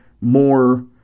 more